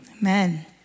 amen